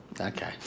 Okay